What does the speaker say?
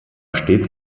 stets